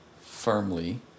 firmly